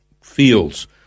Fields